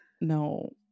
No